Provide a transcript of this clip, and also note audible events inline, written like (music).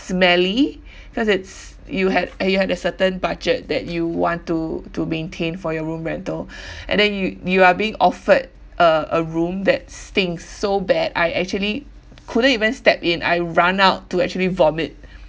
smelly (breath) because it's you had uh you had a certain budget that you want to to maintain for your room rental (breath) and then you you are being offered a a room that stinks so bad I actually couldn't even step in I run out to actually vomit (breath)